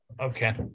Okay